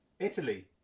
Italy